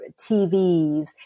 TVs